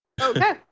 Okay